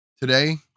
Today